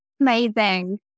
amazing